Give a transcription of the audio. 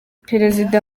perezida